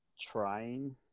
trying